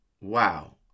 wow